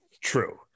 True